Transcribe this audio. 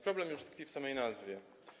Problem już tkwi w samej nazwie.